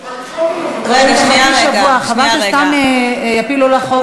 חכי שבוע, חבל שסתם יפילו לך חוק.